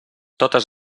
totes